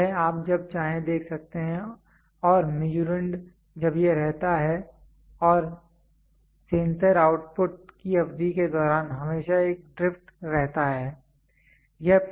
तो यह आप जब चाहे देख सकते हैं और मीसुरंड जब यह रहता है और सेंसर आउटपुट की अवधि के दौरान हमेशा एक ड्रिफ्ट रहता है